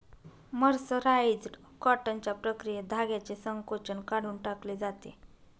mercerised कॉटनच्या प्रक्रियेत धाग्याचे संकोचन काढून टाकले जाते